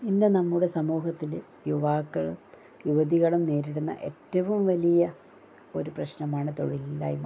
ഇന്ന് നമ്മുടെ സമൂഹത്തില് യുവാക്കളും യുവതികളും നേരിടുന്ന ഏറ്റവും വലിയ ഒരു പ്രശ്നമാണ് തൊഴിലില്ലായ്മ